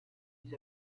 with